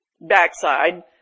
backside